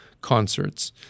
concerts